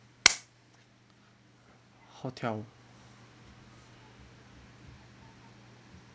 hotel